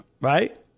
right